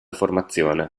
formazione